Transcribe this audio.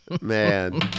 Man